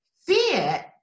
fear